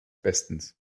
bestens